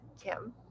Kim